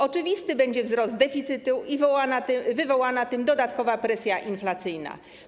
Oczywisty będzie wzrost deficytu i wywołana tym dodatkowa presja inflacyjna.